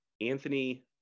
Anthony